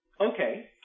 Okay